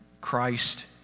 Christ